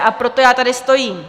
A proto já tady stojím.